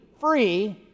free